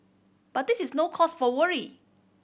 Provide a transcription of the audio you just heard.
but this is no cause for worry